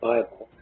Bible